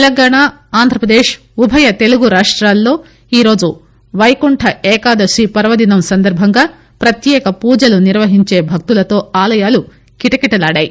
తెలంగాణా ఆంధ్రప్రదేశ్ ఉభయ తెలుగు రాష్టాల్లో ఈరోజు పైకుంఠ ఏకాదశి పర్వదినం సందర్భంగా ప్రత్యేక పూజలు నిర్వహించే భక్తులతో ఆలయాలు కిట కిటలాడాయి